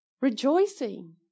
rejoicing